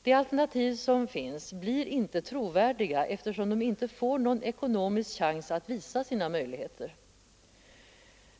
De alternativ som finns blir inte trovärdiga, eftersom de inte får någon ekonomisk chans att visa sina möjligheter.